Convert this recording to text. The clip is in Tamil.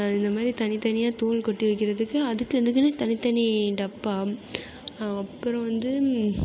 இந்தமாதிரி தனி தனியாக தூள் கொட்டி வைக்கிறதுக்கு அதுக்கு இதுக்குனு தனி தனி டப்பா அப்புறம் வந்து